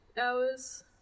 hours